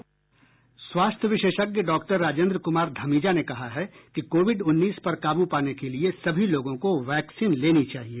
स्वास्थ्य विशेषज्ञ डॉक्टर राजेन्द्र कुमार धमीजा ने कहा है कि कोविड उन्नीस पर काबू पाने के लिए सभी लोगों को वैक्सीन लेनी चाहिए